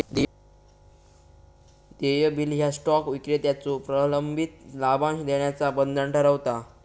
देय बिल ह्या स्टॉक विक्रेत्याचो प्रलंबित लाभांश देण्याचा बंधन ठरवता